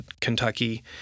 Kentucky